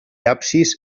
absis